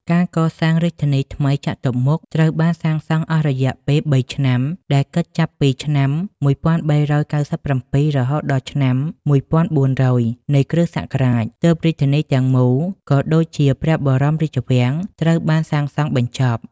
ការកសាងរាជធានីថ្មីចតុមុខ ត្រូវបានសាងសង់អស់រយៈពេល ៣ឆ្នាំ ដែលគិតចាប់ពី ឆ្នាំ ១៣៩៧ រហូតដល់ ឆ្នាំ ១៤០០ នៃគ.សករាជ ទើបរាជធានីទាំងមូល ក៏ដូចជាព្រះបរមរាជវាំងត្រូវបានសាងសង់បញ្ចប់។